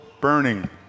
Burning